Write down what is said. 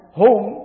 home